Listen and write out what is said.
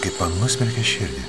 kaip nusmelkė širdį